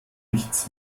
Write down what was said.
nichts